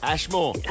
Ashmore